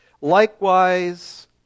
Likewise